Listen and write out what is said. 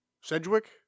Sedgwick